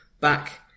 back